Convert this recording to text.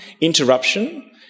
interruption